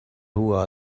who